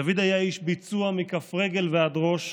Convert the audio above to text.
דוד היה איש ביצוע מכף רגל ועד ראש.